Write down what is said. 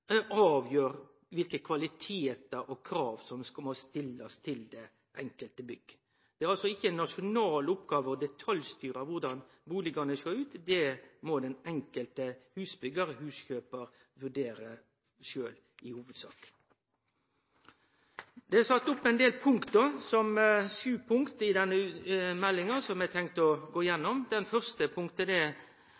avgjer kva slags kvaliteter og krav som må stillast til det enkelte bygg. Det er ikkje ei nasjonal oppgåve å detaljstyre korleis bustadene skal sjå ut, det må den enkelte husbyggjar/huskjøpar i hovudsak vurdere sjølv. Det er sett opp ein del punkt – sju punkt – i denne meldinga som eg har tenkt å gå